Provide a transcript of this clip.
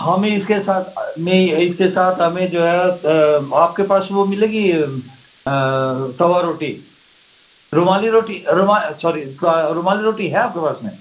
ہمیں اس کے ساتھ نہیں اس کے ساتھ میں جو ہے آپ کے پاس وہ ملے گی توا روٹی رومالی روٹی رو سوری رومالی روٹی ہے آپ کے پاس میں